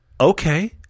Okay